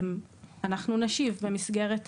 אנחנו נשיב במסגרת